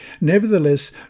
Nevertheless